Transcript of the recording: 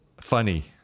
Funny